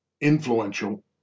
influential